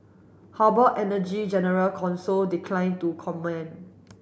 Harbour Energy general counsel declined to comment